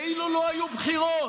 כאילו לא היו בחירות,